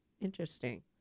Interesting